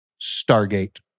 Stargate